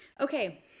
Okay